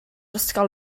ysgol